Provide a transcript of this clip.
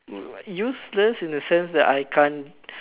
u~ useless in the sense that I can't